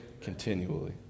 continually